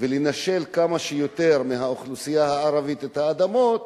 לנשל את האוכלוסייה הערבית מכמה שיותר אדמות,